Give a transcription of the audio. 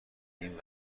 این